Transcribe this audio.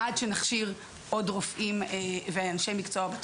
עד שנכשיר עוד רופאים ואנשי מקצוע בתחום.